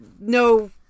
no